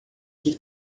que